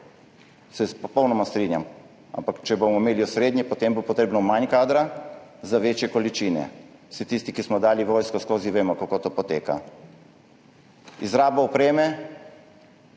se popolnoma strinjam, ampak če bomo imeli osrednje, potem bo potrebno manj kadra za večje količine. Vsi tisti, ki smo dali vojsko skozi, vemo, kako to poteka. Izraba opreme,